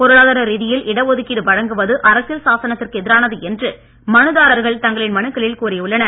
பொருளாதார ரீதியில் இட ஒதுக்கீடு வழங்குவது அரசியல் சாசனத்திற்கு எதிரானது என்று மனுதாரர்கள் தங்களின் மனுக்களில் கூறியுள்ளனர்